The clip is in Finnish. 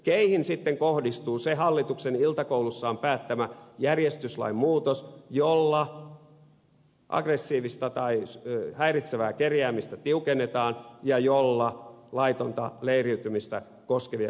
keihin sitten kohdistuu se hallituksen iltakoulussaan päättämä järjestyslain muutos jolla aggressiivista tai häiritsevää kerjäämistä tiukennetaan ja jolla laitonta leiriytymistä koskevia säädöksiä tiukennetaan